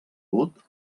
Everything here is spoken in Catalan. vot